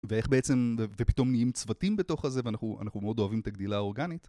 ואיך בעצם ופתאום נהיים צוותים בתוך הזה ואנחנו אנחנו מאוד אוהבים את הגדילה האורגנית